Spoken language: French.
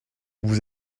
vous